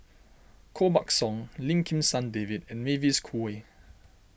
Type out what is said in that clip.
Koh Buck Song Lim Kim San David and Mavis Khoo Oei